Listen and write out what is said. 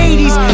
80s